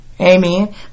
Amen